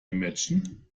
imagine